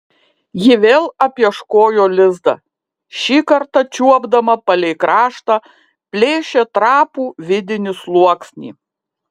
ji vėl apieškojo lizdą šį kartą čiuopdama palei kraštą plėšė trapų vidinį sluoksnį